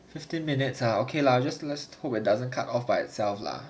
fifteen minutes ah okay lah used to work too it doesn't cut off by itself lah